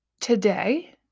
today